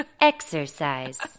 exercise